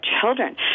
children